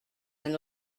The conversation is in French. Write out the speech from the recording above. d’un